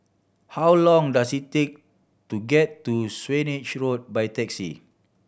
how long does it take to get to Swanage Road by taxi